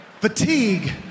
fatigue